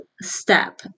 step